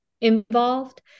involved